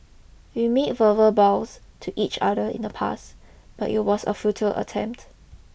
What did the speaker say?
we made verbal vows to each other in the past but it was a futile attempt